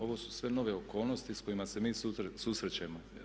Ovo su sve nove okolnosti s kojima se mi susrećemo.